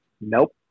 Nope